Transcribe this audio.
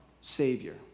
Savior